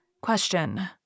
Question